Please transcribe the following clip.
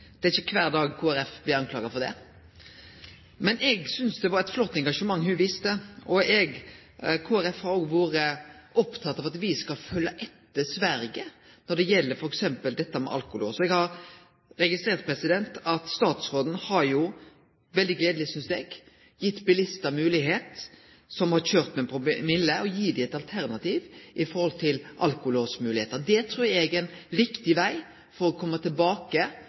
Det er ikkje kvar dag Kristeleg Folkeparti blir skulda for det. Men eg synest det var eit flott engasjement ho viste. Kristeleg Folkeparti har òg vore oppteke av at me skal følgje etter Sverige når det gjeld for eksempel dette med alkolås. Eg har registrert at statsråden jo har – veldig gledeleg, synest eg – gitt bilistar som har kjørt med promille, eit alternativ, når det gjeld moglegheit for alkolås. Det trur eg er ein riktig veg for å kome tilbake